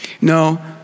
No